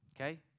Okay